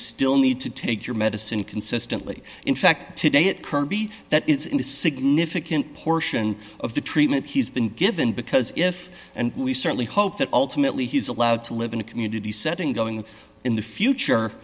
still need to take your medicine consistently in fact today it kirby that is in a significant portion of the treatment he's been given because if and we certainly hope that ultimately he's allowed to live in a community setting going in the future